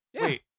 Wait